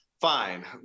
fine